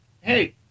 Hey